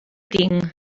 tinc